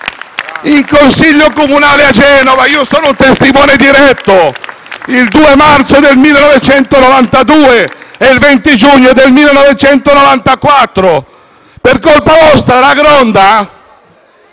In Consiglio comunale a Genova, ne sono testimone diretto, il 2 marzo del 1992 e il 20 giugno del 1994, per colpa vostra, la Gronda...